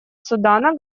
судана